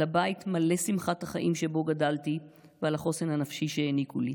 על הבית מלא שמחת החיים שבו גדלתי ועל החוסן הנפשי שהעניקו לי.